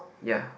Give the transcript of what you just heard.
ya